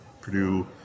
Purdue